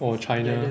oh China